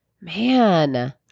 Man